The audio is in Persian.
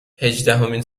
هجدهمین